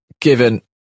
given